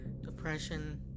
Depression